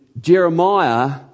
Jeremiah